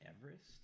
Everest